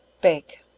bake.